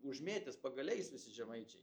užmėtys pagaliais visi žemaičiai